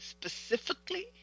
specifically